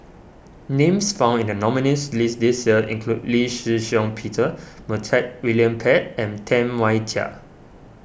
names found in the nominees' list this year include Lee Shih Shiong Peter Montague William Pett and Tam Wai Jia